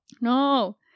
no